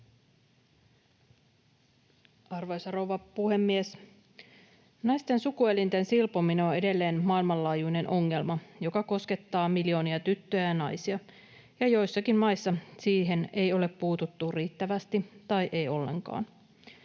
Arvoisa rouva puhemies! Naisten sukuelinten silpominen on edelleen maailmanlaajuinen ongelma, joka koskettaa miljoonia tyttöjä ja naisia, ja joissakin maissa siihen ei ole puututtu riittävästi tai ollenkaan.